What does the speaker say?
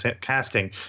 casting